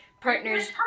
partners